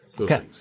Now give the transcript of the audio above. Okay